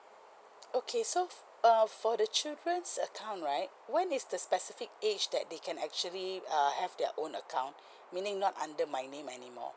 okay so uh for the children's account right when is the specific age that they can actually uh have their own account meaning not under my name anymore